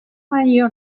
mayor